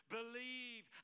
Believe